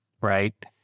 right